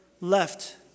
left